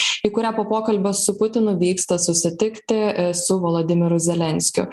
į kurią po pokalbio su putinu vyksta susitikti su volodymyru zelenskiu